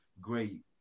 great